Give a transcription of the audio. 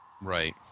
Right